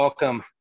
Welcome